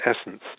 essence